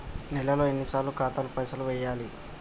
నెలలో ఎన్నిసార్లు ఖాతాల పైసలు వెయ్యాలి?